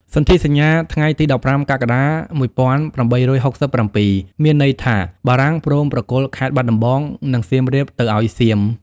សន្ធិសញ្ញា ថ្ងៃទី១៥ កក្កដា ១៨៦៧ មានន័យថាបារាំង ព្រមប្រគល់ខេត្តបាត់ដំបង និងសៀមរាប ទៅឱ្យសៀម។